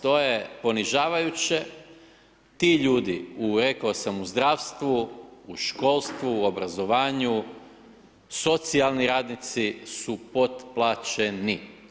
To je ponižavajuće, ti ljudi, rekao sam, u zdravstvu, u školstvu, u obrazovanju, socijalni radnici su potplaćeni.